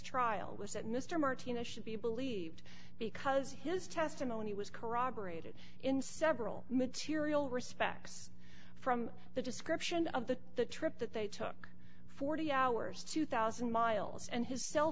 trial was that mr martinez should be believed because his testimony was corroborated in several material respects from the description of the trip that they took forty hours two thousand miles and his cell